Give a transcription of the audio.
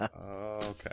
Okay